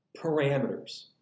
parameters